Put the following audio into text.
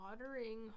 watering